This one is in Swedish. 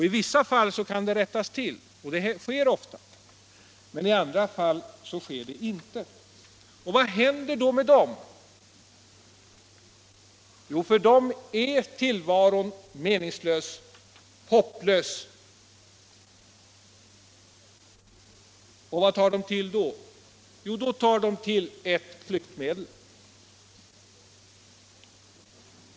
I vissa fall kan det rättas till, och det sker ofta, men i andra fall sker det inte. Vad händer då med dem? För dem är tillvaron meningslös, hopplös. Och vad tar de till då? Jo, då tar de till ett flyktmedel.